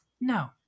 No